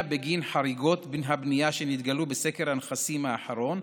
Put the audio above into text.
בגין חריגות הבנייה שהתגלו בסקר הנכסים האחרון,